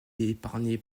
épargné